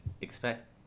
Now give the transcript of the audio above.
expect